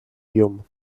llum